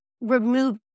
remove